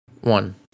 One